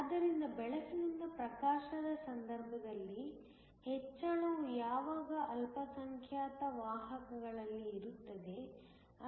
ಆದ್ದರಿಂದ ಬೆಳಕಿನಿಂದ ಪ್ರಕಾಶದ ಸಂದರ್ಭದಲ್ಲಿ ಹೆಚ್ಚಳವು ಯಾವಾಗಲೂ ಅಲ್ಪಸಂಖ್ಯಾತ ವಾಹಕಗಳಲ್ಲಿ ಇರುತ್ತದೆ